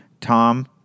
Tom